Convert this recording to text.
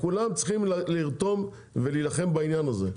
כולם צריכים להירתם ולהילחם בעניין הזה.